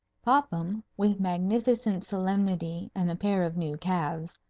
popham, with magnificent solemnity and a pair of new calves,